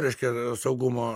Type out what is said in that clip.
reiškia saugumo